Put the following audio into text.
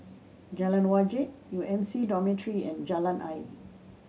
Jalan Wajek U M C Dormitory and Jalan Ayer